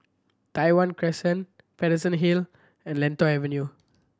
Tai Hwan Crescent Paterson Hill and Lentor Avenue